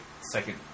second